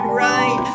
right